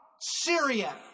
Syria